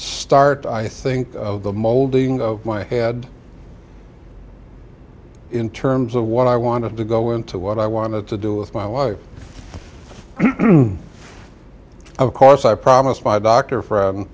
start i think of the molding of my head in terms of what i wanted to go into what i wanted to do with my life of course i promised my doctor for